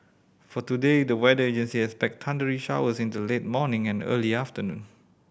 for today the weather agency expect thundery showers in the late morning and early afternoon